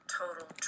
total